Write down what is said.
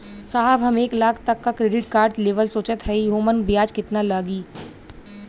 साहब हम एक लाख तक क क्रेडिट कार्ड लेवल सोचत हई ओमन ब्याज कितना लागि?